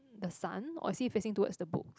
the sun or is he facing towards the book